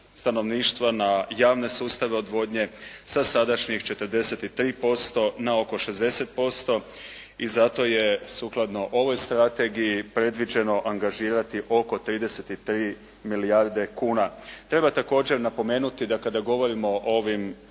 stanovništva na javne sustave odvodnje sa sadašnjih 43% na oko 60% i zato je sukladno ovoj strategiji predviđeno angažirati oko 33 milijarde kuna. Treba također napomenuti da kada govorimo o ovim